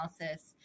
analysis